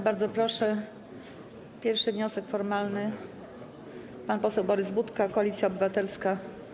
Bardzo proszę, pierwszy wniosek formalny przedstawi pan poseł Borys Budka, Koalicja Obywatelska.